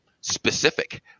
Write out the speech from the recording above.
specific